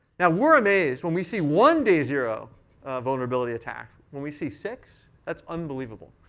now we're amazed when we see one day zero vulnerability attack. when we see six, that's unbelievable.